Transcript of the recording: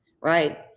right